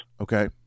Okay